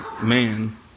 man